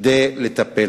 כדי לטפל.